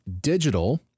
digital